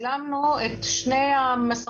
צילמנו את שני המסכים,